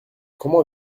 comment